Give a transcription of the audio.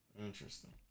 Interesting